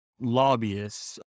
lobbyists